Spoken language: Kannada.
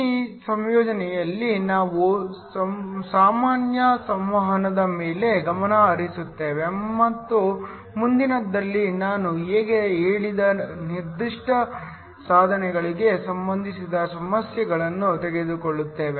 ಈ ನಿಯೋಜನೆಯಲ್ಲಿ ನಾವು ಸಾಮಾನ್ಯ ಸಂವಹನದ ಮೇಲೆ ಗಮನ ಹರಿಸುತ್ತೇವೆ ಮತ್ತು ಮುಂದಿನದರಲ್ಲಿ ನಾನು ಈಗ ಹೇಳಿದ ನಿರ್ದಿಷ್ಟ ಸಾಧನಗಳಿಗೆ ಸಂಬಂಧಿಸಿದ ಸಮಸ್ಯೆಗಳನ್ನು ತೆಗೆದುಕೊಳ್ಳುತ್ತೇವೆ